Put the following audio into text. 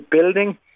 building